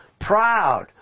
proud